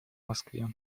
москве